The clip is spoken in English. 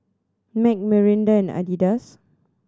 Mac Mirinda and Adidas